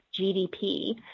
GDP